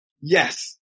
Yes